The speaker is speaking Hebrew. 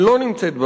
שלא נמצאת במאהלים,